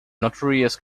notorious